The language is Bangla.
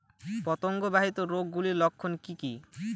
পতঙ্গ বাহিত রোগ গুলির লক্ষণ কি কি?